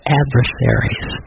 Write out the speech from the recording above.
adversaries